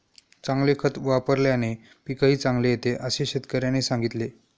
चांगले खत वापल्याने पीकही चांगले येते असे शेतकऱ्याने सांगितले